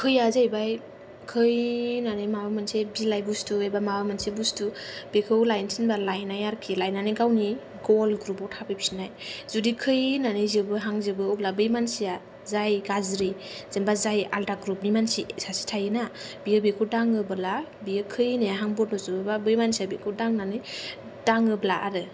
खैया जाहैबाय खै होननानै माबा मोनसे बिलाइ बस्थु बा माबा मानसे बस्थु बेखौ लायनो थिनब्ला लायनाय आरोखि लायनानै गावनि गल ग्रुपआव थाफैफिननाय जुदि खै होननानै जोबो हां जोबो अब्ला बै मानसिया जाय गाज्रि जेनेबा जाय आलदा ग्रुपनि मानसि सासे थायोना बियो बेखौ दाङोबोला बियो खै होननाया हां बन्दजोबोब्ल बै मानसिया बिखौ दांनानै दाङोब्ला आरो